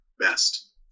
best